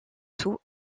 sous